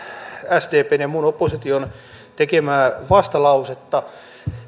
sdpn ja muun opposition tekemää vastalausetta